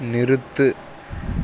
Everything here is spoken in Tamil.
நிறுத்து